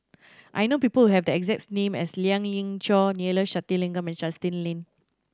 I know people have the exact name as Lien Ying Chow Neila Sathyalingam and Justin Lean